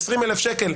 20,000 שקל,